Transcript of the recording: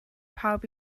pawb